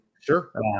Sure